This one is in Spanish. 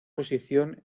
posición